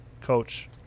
coach